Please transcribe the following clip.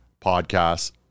podcasts